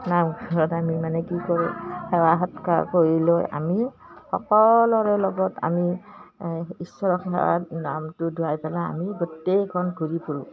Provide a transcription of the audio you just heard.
নামঘৰত আমি মানে কি কৰোঁ সেৱা সৎকাৰ কৰি লৈ আমি সকলোৰে লগত আমি ঈশ্বৰ সেৱা নামটো দোৱাই পেলাই আমি গোটেইখন ঘূৰি ফুৰোঁ